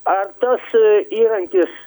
ar tas įrankis